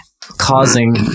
causing